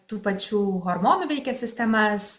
tų pačių hormonų veikia sistemas